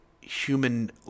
human